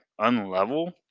unlevel